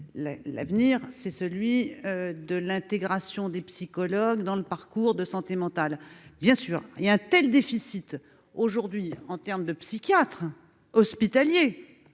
l'avenir c'est celui de l'intégration des psychologues dans le parcours de santé mentale bien sûr. Il y a un tel déficit aujourd'hui en terme de psychiatres hospitaliers,